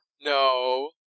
No